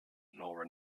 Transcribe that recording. nor